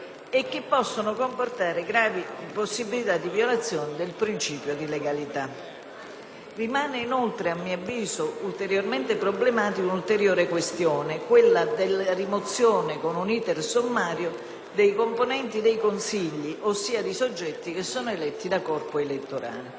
e che possono comportare gravi possibilità di violazione del principio di legalità. Rimane inoltre, a mio avviso, ulteriormente problematica la questione della rimozione con un *iter* sommario dei componenti dei consigli, ossia di soggetti che sono eletti da corpo elettorale.